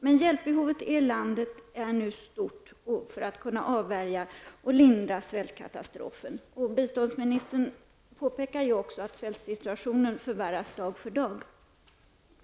Men hjälpbehovet i landet är nu stort, och det krävs mycket hjälp för att man skall kunna avvärja och lindra svärtkatastrofen. Biståndsministern påpekar också att svältsituationen förvärras dag för dag.